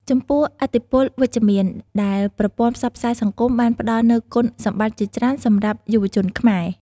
ចំពោះឥទ្ធិពលវិជ្ជមាន ដែលប្រព័ន្ធផ្សព្វផ្សាយសង្គមបានផ្តល់នូវគុណសម្បត្តិជាច្រើនសម្រាប់យុវជនខ្មែរ។